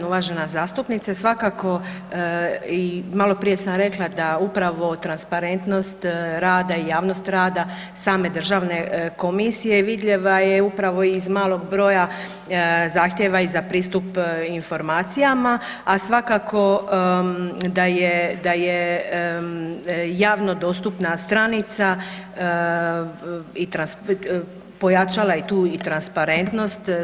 Evo zahvaljujem uvažena zastupnice, svakako i maloprije sam rekla da upravo transparentnost rada i javnost rada same državne komisije vidljiva je upravo iz malog broja zahtjeva i pristup informacijama, a svakako da je javno dostupna stranica pojačala i tu i transparentnosti.